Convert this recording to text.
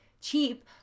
cheap